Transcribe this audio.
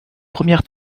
première